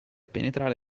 penetrare